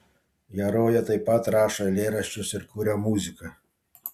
herojė taip pat rašo eilėraščius ir kuria muziką